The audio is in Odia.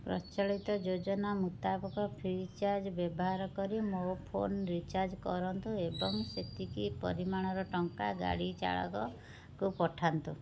ପ୍ରଚଳିତ ଯୋଜନା ମୁତାବକ ଫ୍ରି ଚାର୍ଜ୍ ବ୍ୟବହାର କରି ମୋ ଫୋନ ରିଚାର୍ଜ କରନ୍ତୁ ଏବଂ ସେତିକି ପରିମାଣର ଟଙ୍କା ଗାଡ଼ି ଚାଳକ କୁ ପଠାନ୍ତୁ